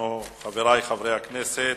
חברי חברי הכנסת,